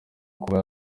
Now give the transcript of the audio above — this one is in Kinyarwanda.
kuba